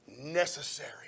Necessary